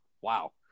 Wow